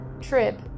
trip